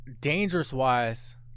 dangerous-wise